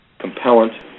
Compellent